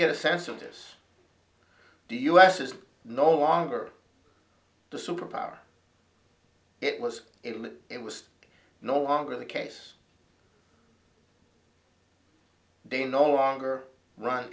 get a sense of this do us is no longer the superpower it was it was no longer the case they no longer run